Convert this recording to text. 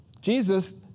Jesus